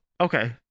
okay